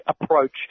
approach